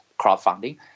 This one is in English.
crowdfunding